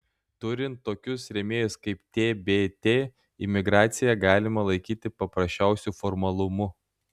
turint tokius rėmėjus kaip tbt imigraciją galima laikyti paprasčiausiu formalumu